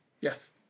yes